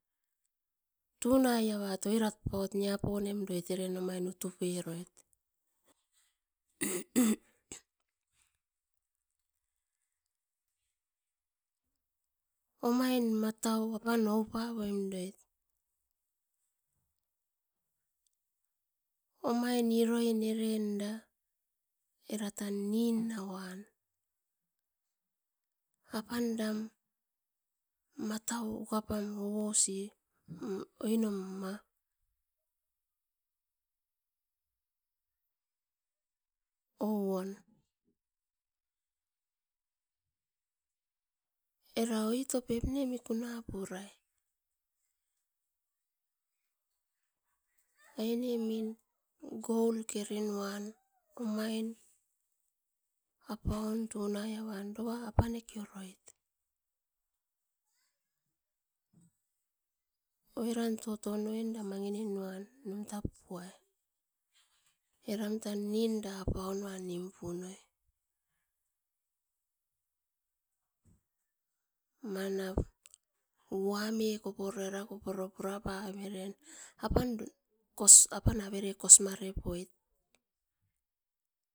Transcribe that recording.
Tunaivanat oirat paut niaponemdoit eren omain utuperoit. Omain matau apan oupavoim doit, omoain iroin eren da era tan ninauan apan eram, matau ukapam ouosi oinom ma ouon era oitopep ne mikuna purai ainemim gold kerinuan omain apaun tunaiavan apanekeuroit oiran totom oinda mangininuan nimtapuai eram tan ninda apaunuan nimpunoi, manap wuame koporio koporopurapamem apan averen kosimarepoit